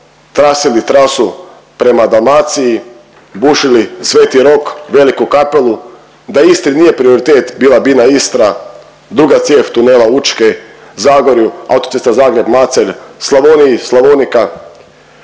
trasili trasu prema Dalmaciji, bušili Sv. Rok, Veliku Kapelu, da isti nije prioritet bila bina Istra, druga cijev tunela Učke, Zagorju, autocesta Zagreb-Macelj, Slavnoniji Slavonika,